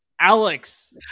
Alex